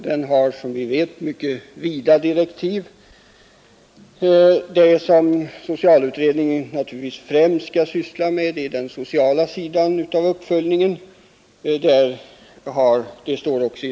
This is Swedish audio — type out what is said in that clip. Den har som bekant mycket vida direktiv, men främst skall socialutredningen naturligtvis syssla med den sociala sidan av uppföljningen.